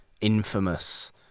infamous